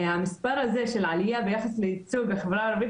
המספר הזה של עלייה ביחס לייצוג החברה הערבית